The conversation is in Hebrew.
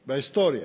בהיסטוריה,